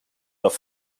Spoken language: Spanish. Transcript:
dos